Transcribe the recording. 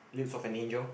Lips-of-an-Angel